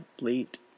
Late